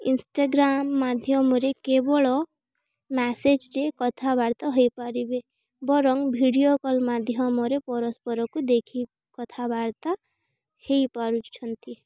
Instagram ମାଧ୍ୟମରେ କେବଳ ମ୍ୟାସେଜ୍ରେ କଥାବାର୍ତ୍ତା ହେଇପାରିବେ ବରଂ ଭିଡ଼ିଓ କଲ୍ ମାଧ୍ୟମରେ ପରସ୍ପରକୁ ଦେଖି କଥାବାର୍ତ୍ତା ହେଇପାରୁଛନ୍ତି